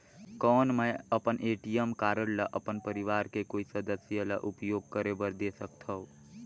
कौन मैं अपन ए.टी.एम कारड ल अपन परवार के कोई सदस्य ल उपयोग करे बर दे सकथव?